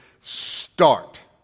Start